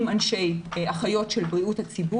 עם אחריות של אחיות בריאות הציבור,